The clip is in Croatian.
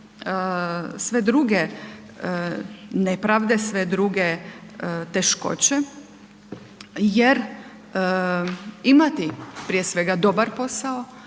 sve druge nepravde, sve druge teškoće jer imati prije svega dobar posao,